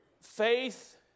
Faith